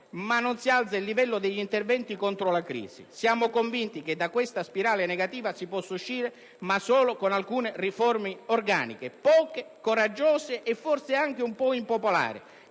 ma non si alza il livello degli interventi contro la crisi. Siamo convinti che da questa spirale negativa si possa uscire, ma solo con un insieme di riforme organiche, poche, coraggiose, forse anche un po' impopolari,